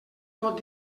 pot